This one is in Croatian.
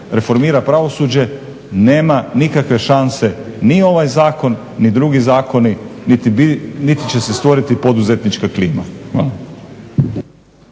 reformira pravosuđe, nema nikakve šanse ni ovaj zakon ni drugi zakoni niti će se stvoriti poduzetnička klima.